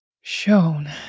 shown